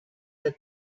the